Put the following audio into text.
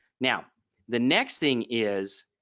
now the next thing is